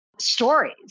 stories